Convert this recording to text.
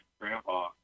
grandpa